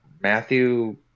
Matthew